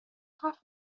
حرف